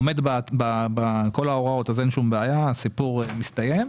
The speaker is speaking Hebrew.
עומד בכל ההוראות אין כל בעיה והסיפור מסתיים.